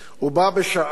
בה בשעה